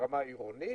ברמה העירונית,